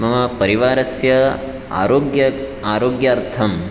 मम परिवारस्य अरोग्य आरोग्यार्थं